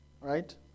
Right